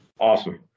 Awesome